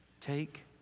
take